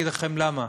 ואני אגיד לכם למה: